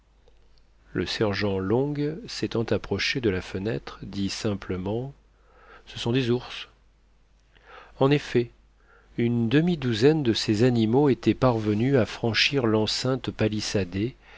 le sergent long s'étant approché de la fenêtre dit simplement ce sont des ours en effet une demi-douzaine de ces animaux étaient parvenus à franchir l'enceinte palissadée